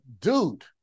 dude